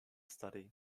study